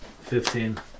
Fifteen